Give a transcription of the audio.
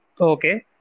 Okay